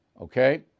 Okay